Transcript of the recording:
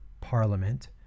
Parliament